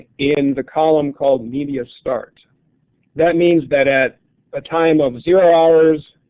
in the column called media start that means that at ah time of zero hours,